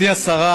השרה,